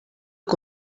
que